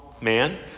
man